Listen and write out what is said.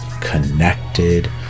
connected